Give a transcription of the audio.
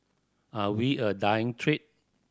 are we a dying trade